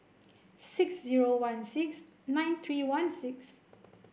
six zero one six nine three one six